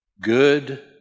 good